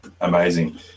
amazing